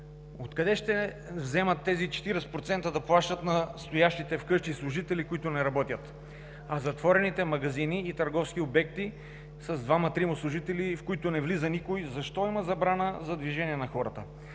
Откъде ще вземат тези 40% да плащат на стоящите вкъщи служители, които не работят, а затворените магазини и търговски обекти с двама-трима служители, в които никой не влиза, защото има забрана за движение на хората?!